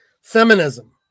Feminism